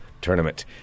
Tournament